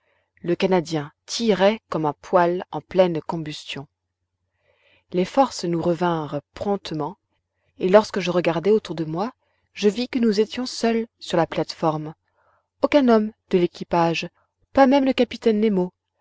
le canadien tirait comme un poêle en pleine combustion les forces nous revinrent promptement et lorsque je regardai autour de moi je vis que nous étions seuls sur la plate-forme aucun homme de l'équipage pas même le capitaine nemo